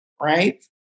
right